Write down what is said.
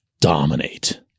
dominate